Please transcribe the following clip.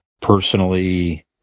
personally